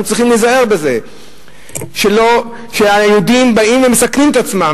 צריכים להיזהר בזה שהיהודים באים ומסכנים את עצמם,